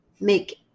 make